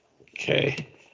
Okay